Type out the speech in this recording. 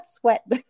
sweat